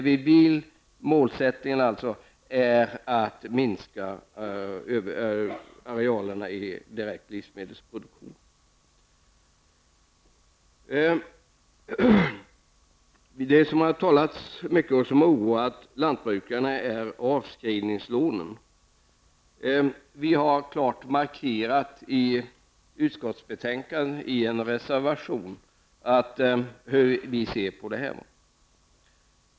Vår målsättning är att minska arealerna i direkt livsmedelsproduktion. Det har talats mycket om avskrivningslånen, som också har oroat lantbrukarna. I en reservation till utskottsbetänkandet har vi klart markerat hur vi ser på detta.